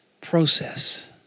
Process